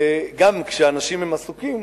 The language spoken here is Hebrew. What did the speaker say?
גם כשאנשים עסוקים,